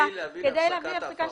כדי להביא להפסקת הסכנה.